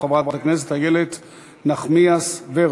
חברת הכנסת איילת נחמיאס ורבין.